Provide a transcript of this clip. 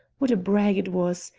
what a brag it was!